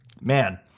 man